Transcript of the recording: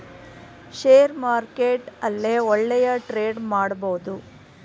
share market ಅಲ್ಲೇ ಒಳ್ಳೆಯ trade ಮಾಡಬಹುದು